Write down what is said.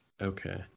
Okay